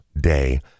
day